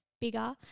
bigger